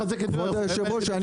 כבוד היושב ראש,